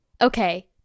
Okay